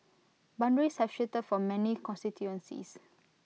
boundaries have shifted for many constituencies